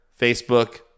Facebook